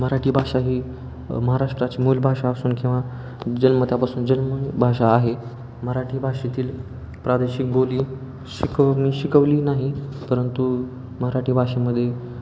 मराठी भाषा ही महाराष्ट्राची मूलभाषा असून किंवा जन्मल्यापासून जन्म भाषा आहे मराठी भाषेतील प्रादेशिक बोली शिकव मी शिकवली नाही परंतु मराठी भाषेमध्ये